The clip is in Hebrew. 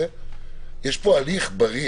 אני חושב שיש פה הליך בריא,